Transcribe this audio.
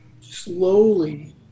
slowly